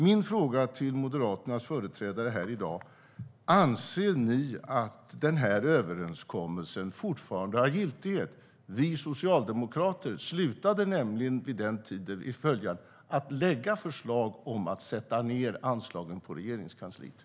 Anser ni moderater att den överenskommelsen fortfarande har giltighet? Vi socialdemokrater slutade nämligen vid den tiden att lägga fram förslag om att sätta ned anslagen för Regeringskansliet.